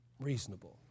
Reasonable